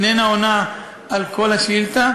איננה עונה על כל השאילתה,